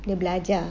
dia belajar